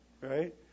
right